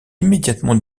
immédiatement